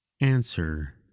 answer